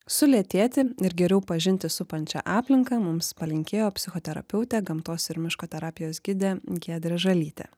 sulėtėti ir geriau pažinti supančią aplinką mums palinkėjo psichoterapeutė gamtos ir miško terapijos gidė giedrė žalytė